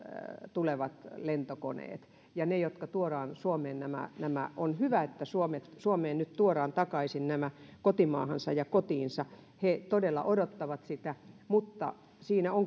tulevat lentokoneet ja ne jotka tuodaan suomeen on hyvä että heidät nyt tuodaan takaisin suomeen kotimaahansa ja kotiinsa he todella odottavat sitä mutta siinä on